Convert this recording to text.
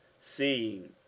Seeing